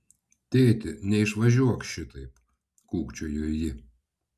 tėti neišvažiuok šitaip kūkčiojo ji